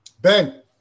Ben